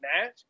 match